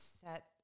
set